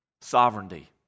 Sovereignty